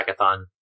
hackathon